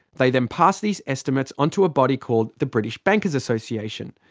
they then passed these estimates onto a body called the british bankers association.